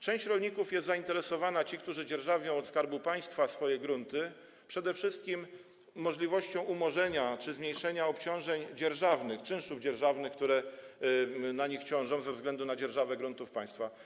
Część rolników jest zainteresowana, ci, którzy dzierżawią od Skarbu Państwa swoje grunty, przede wszystkim możliwością umorzenia czy zmniejszenia obciążeń dzierżawnych, czynszów dzierżawnych, które na nich ciążą ze względu na dzierżawę gruntów państwa.